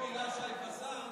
במקום של הילה שי וזאן.